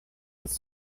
this